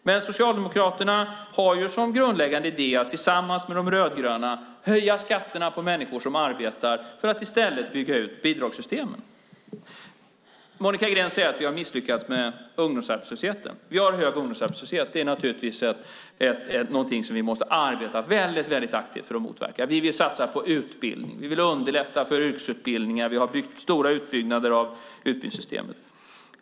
Men Socialdemokraterna har som grundläggande idé att tillsammans med De rödgröna höja skatterna för människor som arbetar för att i stället bygga ut bidragssystemen. Monica Green säger att vi har misslyckats med ungdomsarbetslösheten. Vi har hög ungdomsarbetslöshet. Det är naturligtvis någonting som vi måste arbeta aktivt för att motverka. Vi vill satsa på utbildning. Vi vill underlätta för yrkesutbildningar. Vi har gjort stora utbyggnader av utbildningssystemet.